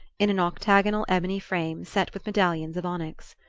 in an octagonal ebony frame set with medallions of onyx.